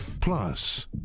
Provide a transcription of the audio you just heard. Plus